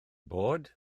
bod